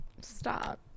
stop